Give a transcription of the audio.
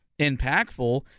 impactful